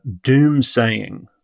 doomsaying